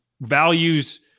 values